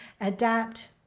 adapt